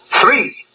Three